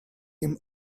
him